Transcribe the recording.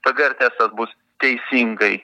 pgr testas bus teisingai